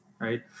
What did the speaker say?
right